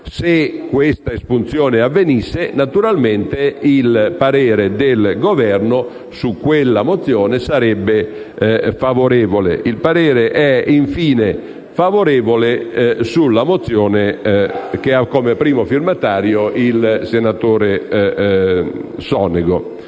Se questa espunzione avvenisse, naturalmente il parere del Governo su quella mozione sarebbe favorevole. Il parere è infine favorevole sulla mozione n. 550, che ha come primo firmatario il senatore Sonego.